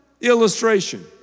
illustration